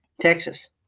Texas